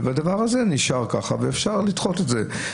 והדבר הזה נשאר ככה ואפשר לדחות את זה.